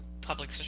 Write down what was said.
public